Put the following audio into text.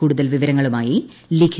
കൂടുതൽ വിവരങ്ങളുമായി സോഫിയ